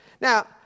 Now